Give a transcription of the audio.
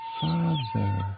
father